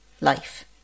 life